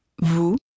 vous